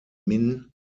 min